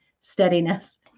steadiness